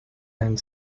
and